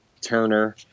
Turner